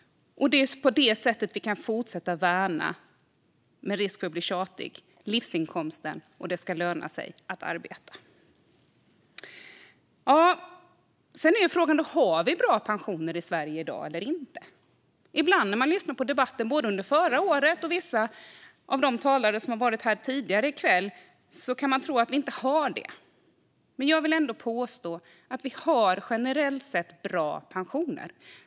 Det är på det sättet vi kan fortsätta att värna, med risk för att bli tjatig, livsinkomsten och att det ska löna sig att arbeta. Sedan är frågan: Har vi bra pensioner i Sverige i dag eller inte? Ibland när man lyssnar på debatten - och det har varit både under förra året och från vissa av de talare som har varit uppe i debatten tidigare i kväll - kan man tro att vi inte har det. Jag vill ändå påstå att vi har generellt sett bra pensioner.